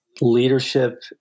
Leadership